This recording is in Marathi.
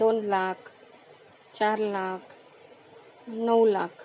दोन लाख चार लाख नऊ लाख